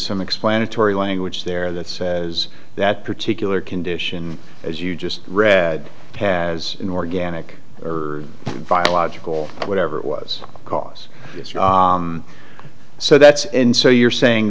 some explanatory language there that says that particular condition as you just read has an organic or via logical whatever it was because it's so that's and so you're saying